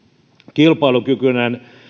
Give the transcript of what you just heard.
kilpailukykyinen